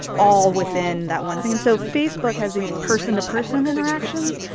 all within that one thing. and so facebook has these person-to-person interactions.